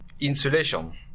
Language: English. Insulation